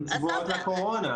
הם צבועות לקורונה,